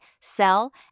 sell